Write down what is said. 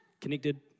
Connected